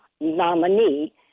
nominee